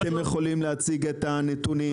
אתם יכולים להציג את הנתונים?